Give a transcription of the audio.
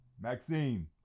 Maxine